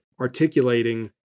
articulating